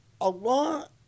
Allah